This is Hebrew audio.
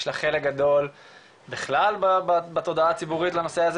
יש לה חלק גדול בכלל בתודעה הציבורית בנושא הזה